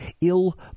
ill